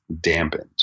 dampened